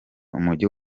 umujyi